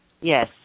Yes